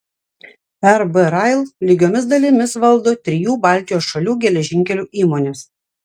rb rail lygiomis dalimis valdo trijų baltijos šalių geležinkelių įmonės